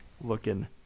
looking